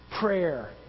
Prayer